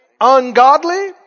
ungodly